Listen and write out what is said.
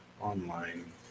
online